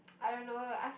I don't know lah I've